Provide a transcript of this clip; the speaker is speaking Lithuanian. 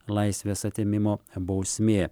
laisvės atėmimo bausmė